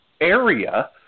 area